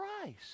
Christ